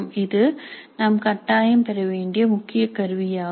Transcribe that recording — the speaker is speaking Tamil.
இது நாம் கட்டாயம் பெற வேண்டிய முக்கிய கருவியாகும்